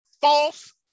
false